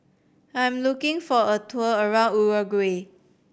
I am looking for a tour around Uruguay